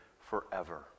forever